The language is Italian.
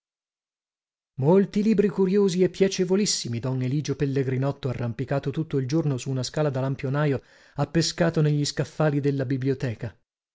molti libri curiosi e piacevolissimi don eligio pellegrinotto arrampicato tutto il giorno su una scala da lampionajo ha pescato negli scaffali della biblioteca